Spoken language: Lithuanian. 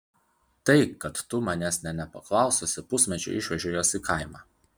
tai kad tu manęs nė nepaklaususi pusmečiui išvežei juos į kaimą